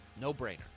No-brainer